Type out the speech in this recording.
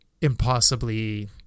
impossibly